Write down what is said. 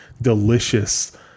delicious